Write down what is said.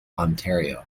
ontario